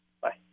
Bye